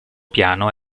piano